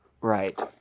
Right